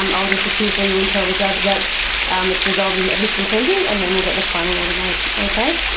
um i'll just appear for you and tell the judge that um it's resolved and that he is consenting, and then we'll get the final order made, okay?